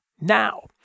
now